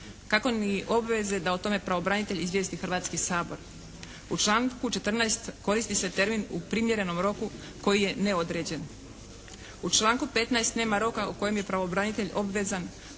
kako ni obveza da o tome pravobranitelj o tome izvijesti Hrvatski sabor. U članku 14. koristi se termin u primjerenom roku koji je neodređen. U članku 15. nema roka u kojem je pravobranitelj obvezan